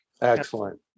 Excellent